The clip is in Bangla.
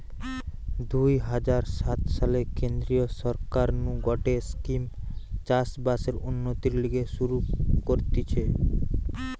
দুই হাজার সাত সালে কেন্দ্রীয় সরকার নু গটে স্কিম চাষ বাসের উন্নতির লিগে শুরু করতিছে